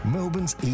Melbourne's